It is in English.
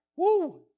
Woo